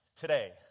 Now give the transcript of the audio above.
today